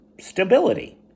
stability